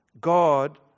God